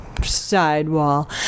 sidewall